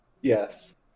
Yes